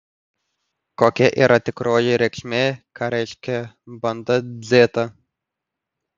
kokia yra tikroji reikšmė ką reiškia banda dzeta